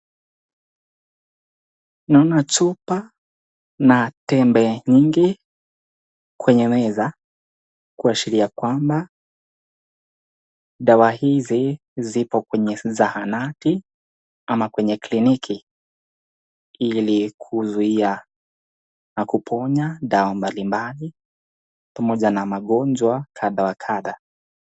Naona chupa na tembe nyingi kwenye meza ,kuashiria kwamba dawa hizi zipo kwenye zahanati ama kwenye kliniki ili kuzuia na kuponya dawa mbali mbali pamoja na magonjwa kadha wa kadha.